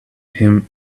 him